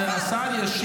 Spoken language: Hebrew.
בסדר, אז זה ייפול.